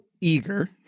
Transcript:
eager